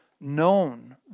known